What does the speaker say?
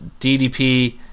DDP